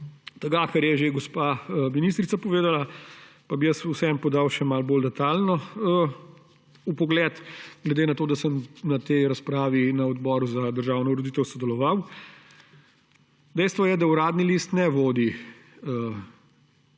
tega, kar je že gospa ministrica povedala, pa bi jaz vseeno podal še malo bolj detajlni vpogled, saj sem na tej razpravi na odboru za državno ureditev sodeloval. Dejstvo je, da Uradni list ne vodi